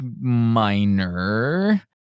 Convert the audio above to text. minor